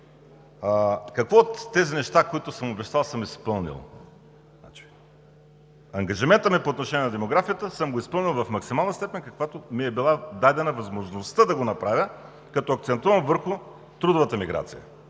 Какво от тези неща, които съм обещал, съм изпълнил? Ангажиментът ми по отношение на демографията съм го изпълнил в максимална степен, каквато ми е била дадена възможността да го направя, като акцентувам върху трудовата миграция